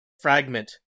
fragment